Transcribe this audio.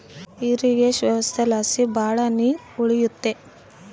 irrigation ವ್ಯವಸ್ಥೆಲಾಸಿ ಭಾಳ ನೀರ್ ಉಳಿಯುತ್ತೆ